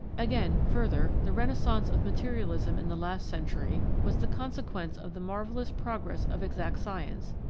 again, further, the renaissance of materialism in the last century was the consequence of the marvellous progress of exact science,